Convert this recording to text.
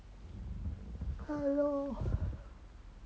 ya lor